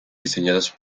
diseñadas